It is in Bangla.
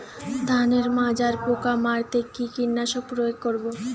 ধানের মাজরা পোকা মারতে কি কীটনাশক প্রয়োগ করব?